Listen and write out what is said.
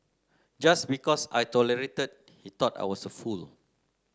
just because I tolerated he thought I was a fool